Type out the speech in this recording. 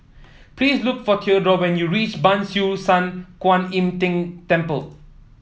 please look for Theodore when you reach Ban Siew San Kuan Im Tng Temple